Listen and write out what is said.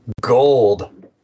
gold